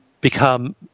become